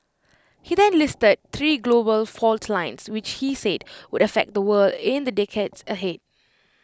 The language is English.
he then listed three global fault lines which he said would affect the world in the decades ahead